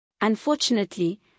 Unfortunately